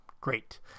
great